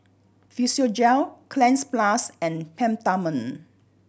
Physiogel Cleanz Plus and Peptamen